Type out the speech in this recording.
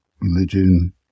religion